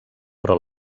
però